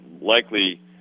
likely